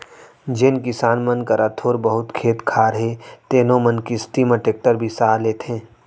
जेन किसान मन करा थोर बहुत खेत खार हे तेनो मन किस्ती म टेक्टर बिसा लेथें